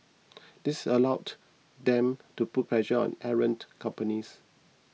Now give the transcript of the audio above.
this allow them to put pressure on errant companies